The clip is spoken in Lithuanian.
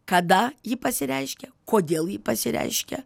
kada ji pasireiškia kodėl ji pasireiškia